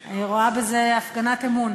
אני רואה בזה הפגנת אמון.